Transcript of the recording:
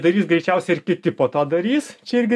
darys greičiausiai ir kiti po to darys čia irgi